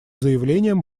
заявлением